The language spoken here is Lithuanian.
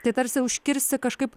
tai tarsi užkirsti kažkaip